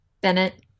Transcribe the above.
Bennett